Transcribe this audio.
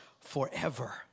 forever